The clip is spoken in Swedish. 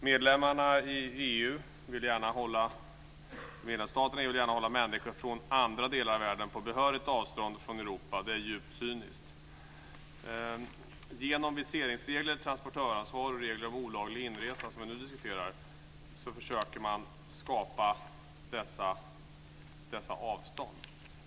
Medlemsstaterna i EU vill gärna hålla människor från andra delar av världen på behörigt avstånd från Europa. Det är djupt cyniskt. Genom viseringsregler, transportörsansvar och regler om olaglig inresa, som vi nu diskuterar, som försöker man skapa dessa avstånd.